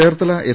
Cherthala S